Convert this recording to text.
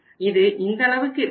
இது இந்த அளவுக்கு இருக்காது